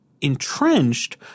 entrenched